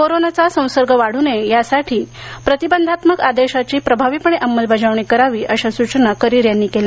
कोरोनाचा संसर्ग वाढू नये यासाठी प्रतिबंधात्मक आदेशाची प्रभावीपणे अंमलबजावणी करावी अशा सूचना करीर यांनी केल्या